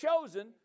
chosen